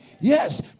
Yes